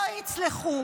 לא יצלחו.